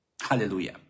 hallelujah